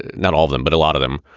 not all of them, but a lot of them,